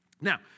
Now